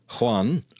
Juan